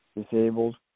disabled